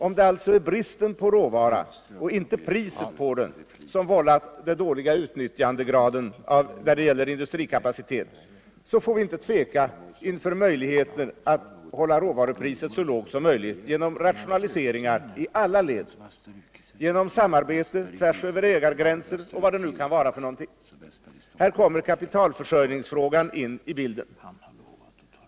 Om det alltså är priset på råvara och inte bristen på den som vållat den dåliga utnyttjandegraden när det gäller industrikapacitet får vi inte tveka inför möjligheten att hålla råvarupriset så lågt som möjligt genom rationaliseringar i alla led, genom samarbete tvärs över ägargränser och vad det nu kan vara. Här kommer kapitalförsörjningsfrågan in i bilden.